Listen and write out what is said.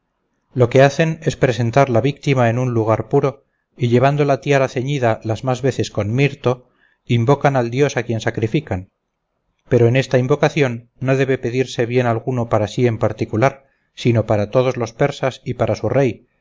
lo que hacen es presentar la víctima en un lugar puro y llevando la tiara ceñida las más veces con mirto invocar al dios a quien sacrifican pero en esta invocación no debe pedirse bien alguno para sí en particular sino para todos los persas y para su rey